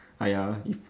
!aiya! if